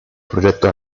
progetto